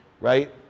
right